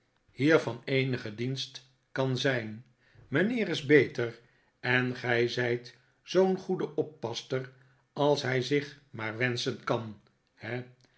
van eenigen dienst kan zijn mijnheer is beter en gij zijt zoo'n goede oppasster als hij zich maar wenschen kan he